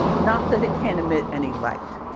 not that it can't emit any light.